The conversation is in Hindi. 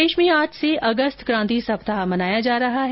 प्रदेश में आज से अगस्त कांति सप्ताह मनाया जा रहा है